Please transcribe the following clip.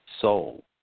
soul